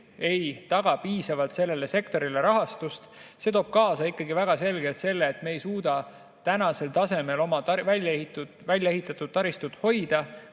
ei taga piisavalt sellele sektorile rahastust, mis toob kaasa väga selgelt selle, et me ei suuda tänasel tasemel oma väljaehitatud taristut hoida,